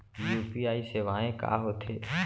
UPI सेवाएं का होथे